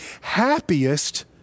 happiest